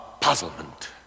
puzzlement